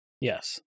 Yes